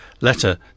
letter